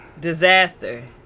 disaster